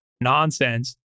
nonsense